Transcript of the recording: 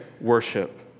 worship